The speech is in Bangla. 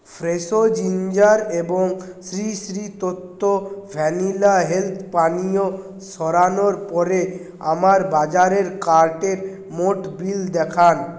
ফ্রেশো জিঞ্জার এবং শ্রী শ্রী তোত্ত্ব ভ্যানিলা হেলথ্ পানীয় সরানোর পরে আমার বাজারের কার্টের মোট বিল দেখান